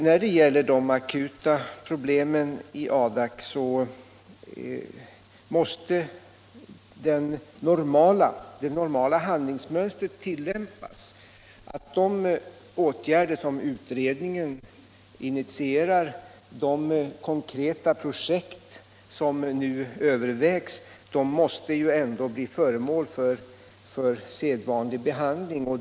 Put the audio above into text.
När det gäller dessa akuta problem måste det normala handlingsmönstret tillämpas, och de åtgärder som regeringen initierar och de konkreta projekt som nu övervägs måste bli föremål för sedvanlig behandling.